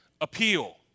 appeal